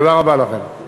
תודה רבה לכם.